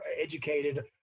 educated